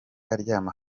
aryama